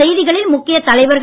செய்திகளில் முக்கிய தலைவர்கள்